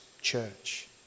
church